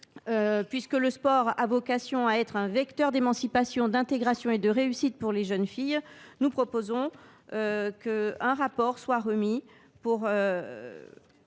Puisque le sport a vocation à être un vecteur d’émancipation, d’intégration et de réussite pour les jeunes filles, nous proposons qu’un rapport soit remis au